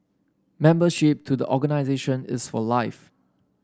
membership to the organisation is for life